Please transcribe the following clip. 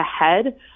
ahead